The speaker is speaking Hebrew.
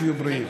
שיהיו בריאים.